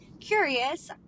Curious